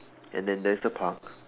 and then there is the park